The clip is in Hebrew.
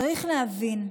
צריך להבין: